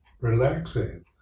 relaxing